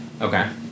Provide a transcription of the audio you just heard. Okay